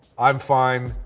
i'm fine.